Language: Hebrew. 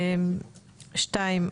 שתיים,